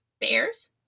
bears